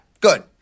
Good